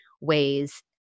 ways